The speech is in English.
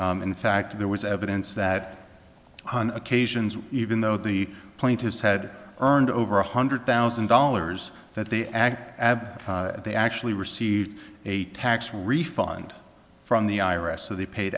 in fact there was evidence that on occasions even though the plaintiffs had earned over one hundred thousand dollars that the ag add they actually received a tax refund from the i r s so they paid